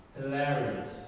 Hilarious